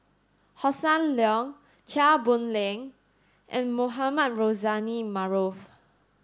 Hossan Leong Chia Boon Leong and Mohamed Rozani Maarof